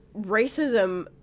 racism